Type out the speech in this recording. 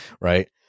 right